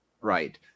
right